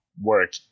work